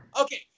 Okay